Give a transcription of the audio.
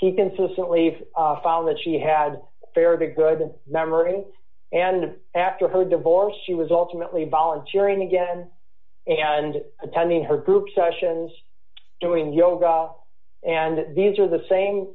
she consistently found that she had fared a good memory and after her divorce she was ultimately volunteer and again and attending her group sessions doing yoga and these are the same